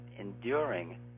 enduring